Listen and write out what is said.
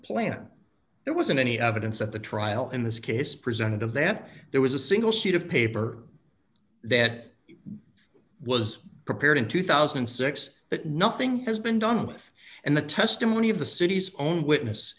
plan there wasn't any evidence at the trial in this case presented of that there was a single sheet of paper that was prepared in two thousand and six but nothing has been done with and the testimony of the city's own witness